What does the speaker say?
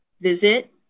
visit